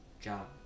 job